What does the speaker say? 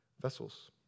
vessels